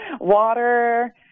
water